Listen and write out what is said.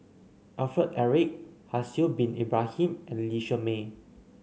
Alfred Eric Haslir Bin Ibrahim and Lee Shermay